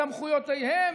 סמכויותיהם,